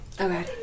Okay